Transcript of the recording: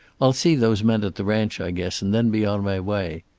i'll see those men at the ranch, i guess, and then be on my way.